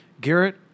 Garrett